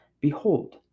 behold